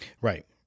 Right